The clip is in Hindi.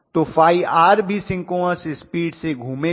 तो ϕr भी सिंक्रोनस स्पीड से घूमेगा